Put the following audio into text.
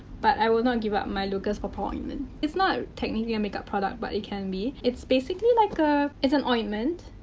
but, i will not give up on my lucas' papaw ointment. it's not technically a makeup product, but it can be. it's basically like a. it's an ointment.